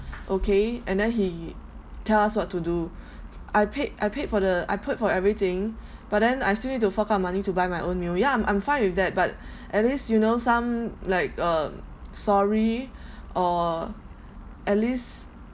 okay and then he tell us what to do I paid I paid for the I paid for everything but then I still need to fork out money to buy my own meal ya I'm I'm fine with that but at least you know some like um sorry or at least